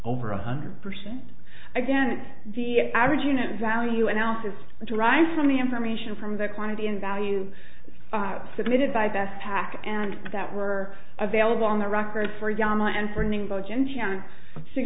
over one hundred percent again the average unit value announces derives from the information from the quantity in value submitted by best pack and that were available on the record for